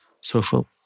social